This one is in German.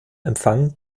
empfang